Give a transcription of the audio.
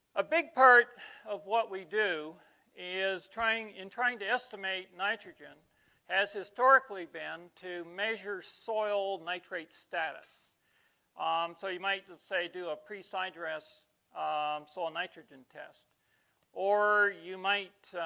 a big part of what we do is trying in trying to estimate nitrogen has historically been to measure soil nitrate status um so you might say do a pre side dress soil, nitrogen test or you might